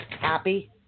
happy